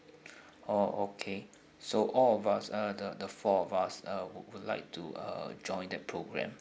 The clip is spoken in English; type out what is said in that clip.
oh okay so all of us uh the the four of us uh would like to uh join the program